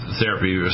therapy